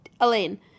Elaine